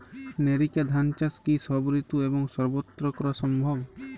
NERICA ধান চাষ কি সব ঋতু এবং সবত্র করা সম্ভব?